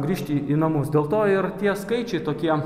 grįžti į namus dėl to ir tie skaičiai tokie